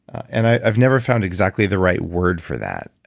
and i've never found exactly the right word for that.